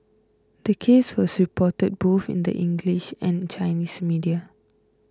the case was reported both in the English and Chinese media